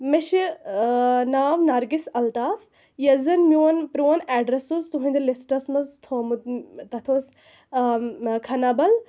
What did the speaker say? مےٚ چھُ ناو نَرگِس الطاف ییٚلہِ زَن میٛون پرٛون ایڈرَس اوس تُہٕنٛدِ لِسٹَس منٛز تھوٚومُت تَتھ اوس آ کھنہٕ بَل